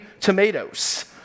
tomatoes